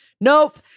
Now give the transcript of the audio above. Nope